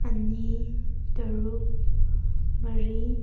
ꯑꯅꯤ ꯇꯔꯨꯛ ꯃꯔꯤ